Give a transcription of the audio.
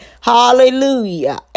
Hallelujah